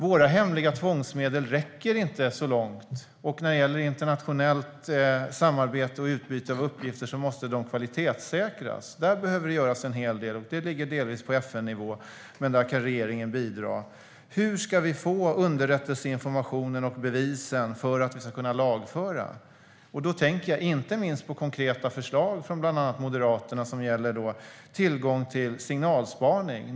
Våra hemliga tvångsmedel räcker inte så långt, och när det gäller internationellt samarbete och utbyte av uppgifter måste de kvalitetssäkras. Här behöver det göras en hel del. Det ligger delvis på FN-nivå, men här kan regeringen bidra. Hur ska vi få underrättelseinformationen och bevisen för att vi ska kunna lagföra? Jag tänker inte minst på konkreta förslag från bland annat Moderaterna gällande tillgång till signalspaning.